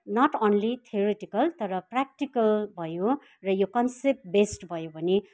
not only theoretical तर practical भयो र यो कन्सेप्ट बेस्ड भयो भने